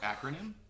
Acronym